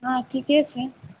हँ ठीके छी